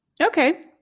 Okay